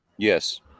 Yes